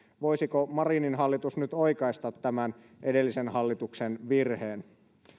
voisiko marinin hallitus nyt oikaista tämän edellisen hallituksen virheen